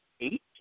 eight